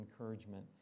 encouragement